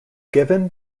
given